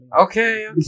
Okay